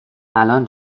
الان